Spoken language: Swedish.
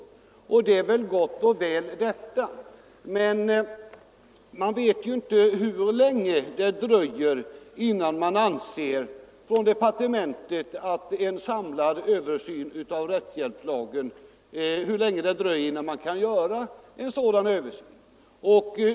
Det är i och för sig gott och väl, men man vet ju inte hur länge det dröjer innan en samlad översyn kan ske inom departementet.